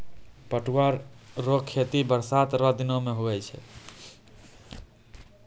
पटुआ रो खेती बरसात रो दिनो मे हुवै छै